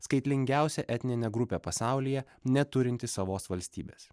skaitlingiausia etninė grupė pasaulyje neturinti savos valstybės